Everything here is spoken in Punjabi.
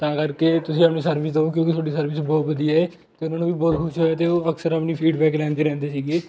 ਤਾਂ ਕਰਕੇ ਤੁਸੀਂ ਆਪਣੀ ਸਰਵਿਸ ਦਿਉ ਕਿਉਂਕਿ ਤੁਹਾਡੀ ਸਰਵਿਸ ਬਹੁਤ ਵਧੀਆ ਹੈ ਅਤੇ ਉਹਨਾਂ ਨੂੰ ਵੀ ਬਹੁਤ ਖੁਸ਼ ਹੋਇਆ ਅਤੇ ਉਹ ਅਕਸਰ ਆਪਣੀ ਫੀਡਬੈਕ ਲੈਂਦੇ ਰਹਿੰਦੇ ਸੀਗੇ